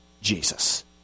Jesus